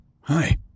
Hi